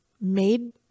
made